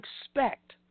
expect